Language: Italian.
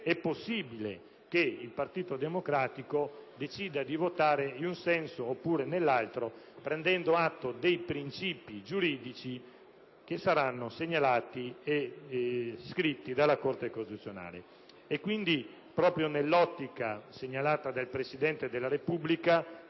è possibile che il Partito Democratico decida di votare in un senso oppure nell'altro, prendendo atto dei princìpi giuridici che saranno segnalati e scritti dalla Corte costituzionale. Pertanto, proprio nell'ottica segnalata dal Presidente della Repubblica,